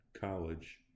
college